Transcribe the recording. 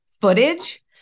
footage